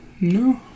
no